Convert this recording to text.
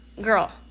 girl